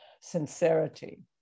sincerity